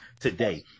today